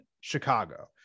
Chicago